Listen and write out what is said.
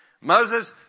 Moses